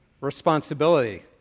responsibility